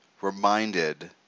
reminded